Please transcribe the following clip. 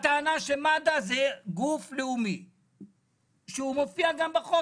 הטענה היא שמד"א זה גוף לאומי שמופיע גם בחוק,